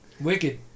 Wicked